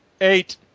eight